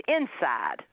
inside